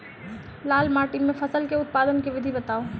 लाल माटि मे फसल केँ उत्पादन केँ विधि बताऊ?